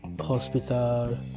hospital